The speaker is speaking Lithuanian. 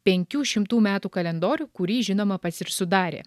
penkių šimtų metų kalendorių kurį žinoma pats ir sudarė